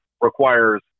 requires